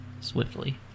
swiftly